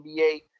NBA